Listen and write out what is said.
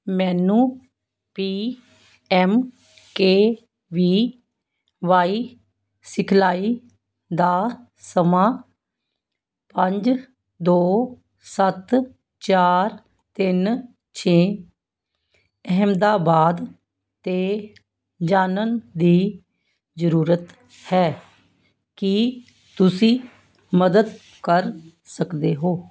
ਮੈਨੂੰ P M K V Y ਸਿਖਲਾਈ ਦਾ ਸਮਾਂ ਪੰਜ ਦੋ ਸੱਤ ਚਾਰ ਤਿੰਨ ਛੇ ਅਹਿਮਦਾਬਾਦ ਤੇ ਜਾਣਨ ਦੀ ਜ਼ਰੂਰਤ ਹੈ ਕੀ ਤੁਸੀਂ ਮਦਦ ਕਰ ਸਕਦੇ ਹੋ